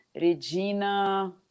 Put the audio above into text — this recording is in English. Regina